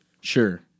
Sure